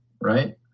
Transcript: right